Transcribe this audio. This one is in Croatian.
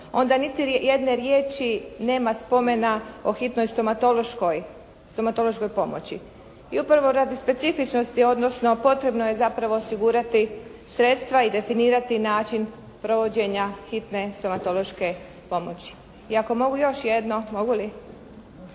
onda niti jedne riječi nema spomena o hitnoj stomatološkoj pomoći. I upravo radi specifičnosti odnosno potrebno je zapravo osigurati sredstva i definirati način provođenja hitne stomatološke pomoći. I ako mogu još jedno? Mogu li?